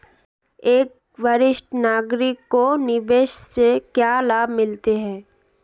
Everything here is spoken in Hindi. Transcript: एक वरिष्ठ नागरिक को निवेश से क्या लाभ मिलते हैं?